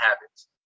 habits